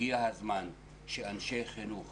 הגיע הזמן שאנשי חינוך